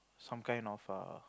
some kind of err